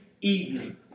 evening